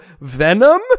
Venom